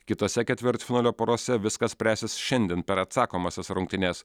kitose ketvirtfinalio porose viskas spręsis šiandien per atsakomąsias rungtynes